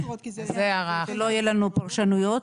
שלא יהיו לנו פרשנויות.